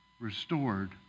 restored